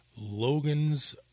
Logan's